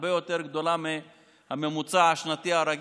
הרבה יותר גדולה מהממוצע השנתי הרגיל.